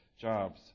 jobs